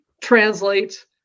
translate